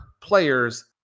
players